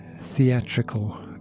theatrical